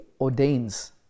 ordains